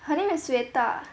her name is swetah